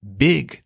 big